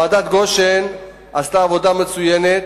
ועדת-גושן עשתה עבודה מצוינת,